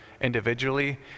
individually